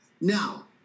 Now